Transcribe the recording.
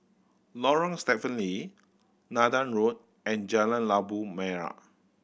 Lorong Stephen Lee Nathan Road and Jalan Labu Merah